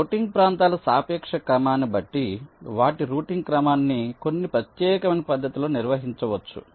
routing ప్రాంతాల సాపేక్ష క్రమాన్ని బట్టి వాటి రౌటింగ్ క్రమాన్ని కొన్ని ప్రత్యేకమైన పద్ధతిలో నిర్ణయించవచ్చు